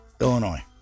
Illinois